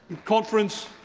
conference,